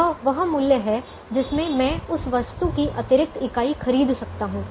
यह वह मूल्य है जिसमें मैं उस वस्तु की अतिरिक्त इकाई खरीद सकता हूं